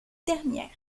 dernière